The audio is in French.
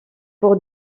pour